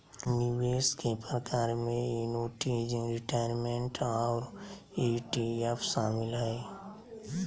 निवेश के प्रकार में एन्नुटीज, रिटायरमेंट और ई.टी.एफ शामिल हय